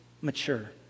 mature